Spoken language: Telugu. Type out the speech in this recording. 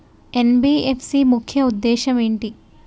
ఎన్.బి.ఎఫ్.సి ముఖ్య ఉద్దేశం ఏంటి?